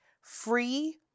free